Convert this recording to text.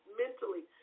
mentally